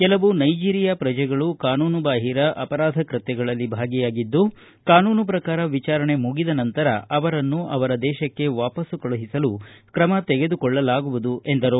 ಕೆಲವು ನೈಜೀರಿಯಾ ಪ್ರಜೆಗಳು ಕಾನೂನು ಬಾಹಿರ ಅಪರಾಧ ಕೃತ್ಯಗಳಲ್ಲಿ ಭಾಗಿಯಾಗಿದ್ದು ಕಾನೂನು ಪ್ರಕಾರ ವಿಚಾರಣೆ ಮುಗಿದ ನಂತರ ಅವರನ್ನು ಅವರ ದೇಶಕ್ಕೆ ವಾಪಸ್ಲ್ ಕಳುಹಿಸಲು ಕ್ರಮ ತೆಗೆದುಕೊಳ್ಳಲಾಗುವುದು ಎಂದರು